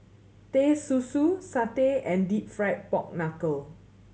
Teh Susu satay and Deep Fried Pork Knuckle